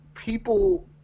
People